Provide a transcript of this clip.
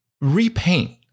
repaint